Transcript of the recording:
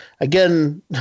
again